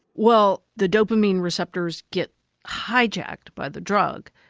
well, the dopamine receptors get hijacked by the drug.